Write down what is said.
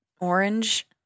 Orange